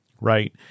right